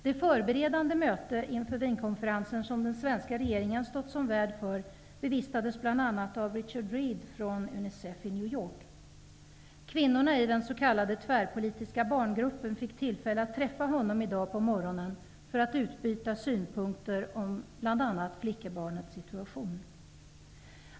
Det förberedande mötet inför Wienkonferensen, som den svenska regeringen har stått som värd för, bevistades bl.a. av Richard Reid från Unicef i New York. Kvinnorna i den s.k. tvärpolitiska barngruppen fick tillfälle att träffa honom i dag på morgonen för att utbyta synpunkter om bl.a. flickebarnets situation.